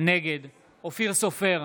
נגד אופיר סופר,